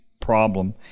problem